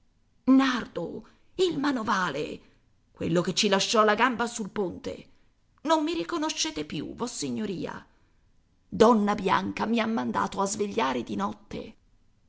nardo il manovale quello che ci lasciò la gamba sul ponte non mi riconoscete più vossignoria donna bianca mi ha mandato a svegliare di notte